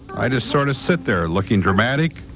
i just sort of sit there looking dramatic.